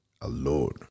alone